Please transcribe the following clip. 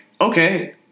okay